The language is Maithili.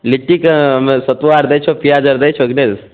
लिट्टीके मे सत्तुआ आर दै छहो पिआज आर दै छहो कि नहि दै छहो